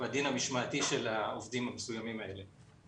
ובדין המשמעתי של העובדים המסוימים האלה.